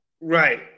right